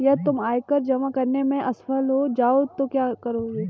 यदि तुम आयकर जमा करने में असफल हो जाओ तो क्या करोगे?